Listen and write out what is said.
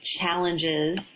challenges